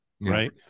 right